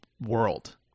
world